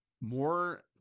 more